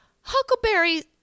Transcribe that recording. Huckleberry